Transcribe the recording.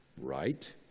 Right